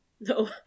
No